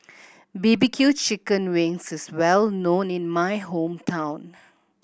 B B Q chicken wings is well known in my hometown